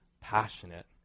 passionate